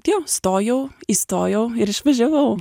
tjo stojau įstojau ir išvažiavau